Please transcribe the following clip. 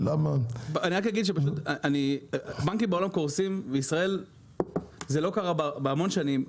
בנקים בעולם קורסים - בישראל זה לא קרה כבר המון שנים,